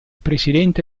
presidente